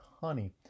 honey